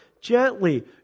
gently